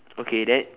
okay then